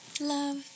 Love